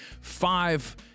five-